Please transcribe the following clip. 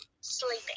sleeping